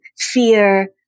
fear